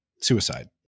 suicide